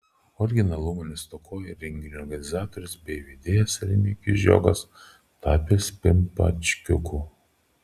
originalumo nestokojo ir renginių organizatorius bei vedėjas remigijus žiogas tapęs pimpačkiuku